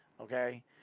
Okay